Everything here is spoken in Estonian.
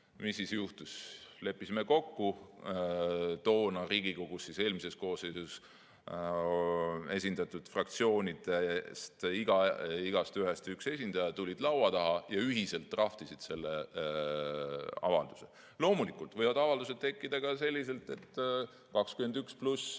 Mis siis juhtus? Leppisime kokku, toona Riigikogu eelmises koosseisus esindatud fraktsioonidest igaühest üks esindaja tuli laua taha ja nad ühiselt draftisid selle avalduse. Loomulikult võivad avaldused tekkida ka selliselt, et 21+